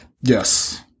Yes